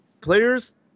players